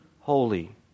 holy